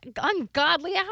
ungodly